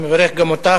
אני מברך גם אותך.